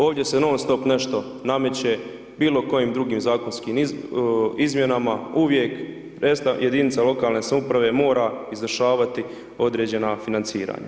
Ovdje se non stop nešto nameće, bilo kojim drugim zakonskim izmjenama, uvijek sredstva jedinica lokalne samouprave mora izvršavati određena financiranja.